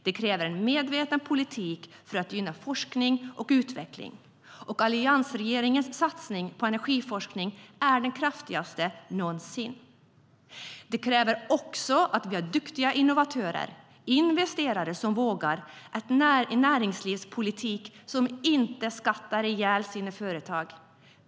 Det krävs en medveten politik för att gynna forskning och utveckling, och Alliansens satsning på energiforskning är den kraftigaste någonsin. Det krävs också att vi har duktiga innovatörer och investerare som vågar och en näringslivspolitik som inte skattar ihjäl företagen.